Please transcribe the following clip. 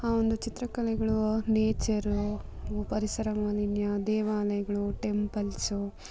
ಆ ಒಂದು ಚಿತ್ರ ಕಲೆಗಳು ಆ ನೇಚರು ಪರಿಸರ ಮಾಲಿನ್ಯ ದೇವಾಲಯಗಳು ಟೆಂಪಲ್ಸು